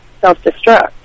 self-destruct